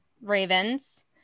Ravens